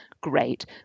great